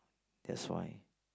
that's why